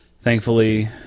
Thankfully